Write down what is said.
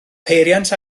peiriant